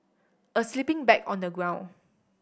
a sleeping bag on the ground